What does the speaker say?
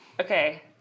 Okay